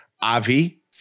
Avi